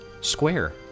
square